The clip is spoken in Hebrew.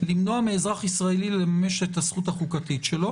למנוע מאזרח ישראלי לממש את הזכות החוקתית שלו.